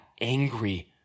angry